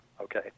okay